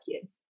Kids